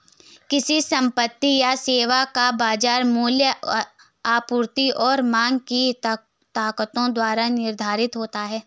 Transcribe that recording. किसी संपत्ति या सेवा का बाजार मूल्य आपूर्ति और मांग की ताकतों द्वारा निर्धारित होता है